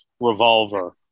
Revolver